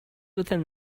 within